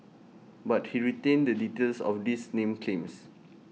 but he retained the details of these name claims